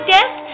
Death